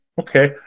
Okay